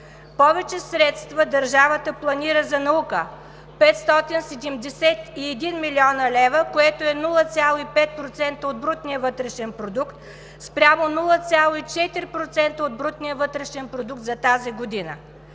Повече средства държавата планира за наука – 571 млн. лв., което е 0,5% от брутния вътрешен продукт спрямо 0,4% от брутния вътрешен продукт за тази година.